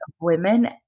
Women